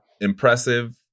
impressive